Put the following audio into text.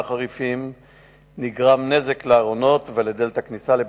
חריפה ונגרם נזק לארונות ולדלת הכניסה לבית-הכנסת.